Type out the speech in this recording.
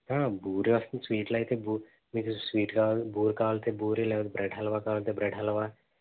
బూరి వస్తుంది స్వీట్లయితే బు మీకు స్వీట్ కావాల్సితే బూరి కావాల్సితే బూరి లేకపోతే బ్రెడ్ హల్వా కావాల్సితే బ్రెడ్ హల్వా